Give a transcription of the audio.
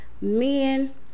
Men